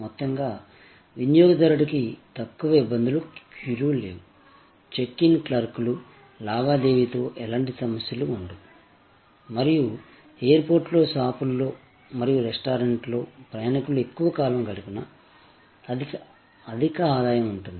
మొత్తంగా వినియోగదారుడికి తక్కువ ఇబ్బందులు క్యూలు లేవు చెక్ ఇన్ క్లర్క్లు లావాదేవీతో ఎలాంటి సమస్యలు ఉండవు మరియు ఎయిర్పోర్టులో షాపుల్లో మరియు రెస్టారెంట్లలో ప్రయాణికులు ఎక్కువ కాలం గడిపినా అధిక ఆదాయం ఉంటుంది